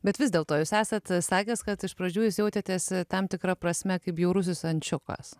bet vis dėlto jūs esat sakęs kad iš pradžių jūs jautėtės tam tikra prasme kaip bjaurusis ančiukas